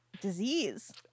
disease